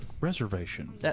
Reservation